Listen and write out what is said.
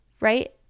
Right